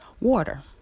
Water